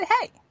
hey